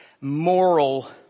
moral